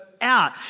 out